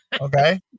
Okay